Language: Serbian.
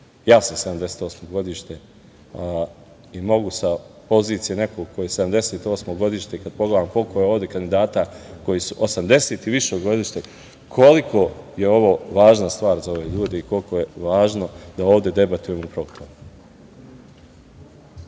Ja sam 1978. godište i mogu sa pozicije nekog ko je 1978. godište, kada pogledam koliko je ovde kandidata koji su 1980. i više godište, koliko je ovo važna stvar za ove ljude i koliko je važno da ovde debatujemo upravo